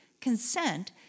consent